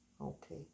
Okay